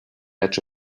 edge